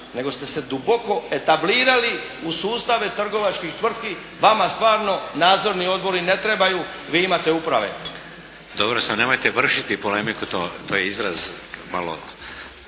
nego ste se duboko etablirali u sustave trgovačkih tvrtki, vama stvarno nadzorni odbori ne trebaju, vi imate uprave. **Šeks, Vladimir (HDZ)** Dobro. Sad nemojte vršiti polemiku, to je izraz malo